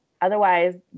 Otherwise